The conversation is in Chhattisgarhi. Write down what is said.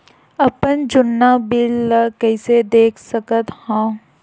अपन जुन्ना बिल ला कइसे देख सकत हाव?